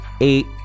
eight